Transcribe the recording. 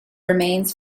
remains